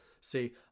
see